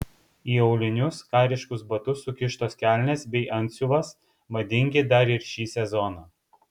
į aulinius kariškus batus sukištos kelnės bei antsiuvas madingi dar ir šį sezoną